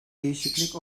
değişiklik